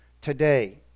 today